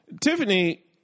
Tiffany